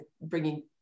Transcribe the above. bringing